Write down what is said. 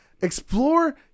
Explore